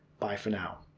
bye for now.